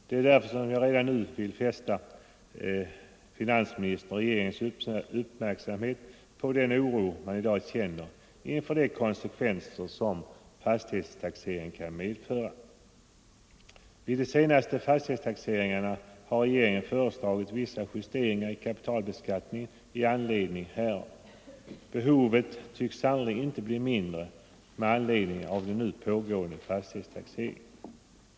Det är därför jag redan nu vill fästa finansministerns och regeringens uppmärksamhet på den oro man i dag känner inför de konsekvenser som fastighetstaxeringen kan medföra. 7. november 1974 Vid de senaste fastighetstaxeringarna har regeringen föreslagit vissa — justeringar i kapitalbeskattningen i anledning härav. Behovet tycks san Allmänpolitisk nerligen inte bli mindre med anledning av nu pågående fastighetstaxering.